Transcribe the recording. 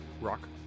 rock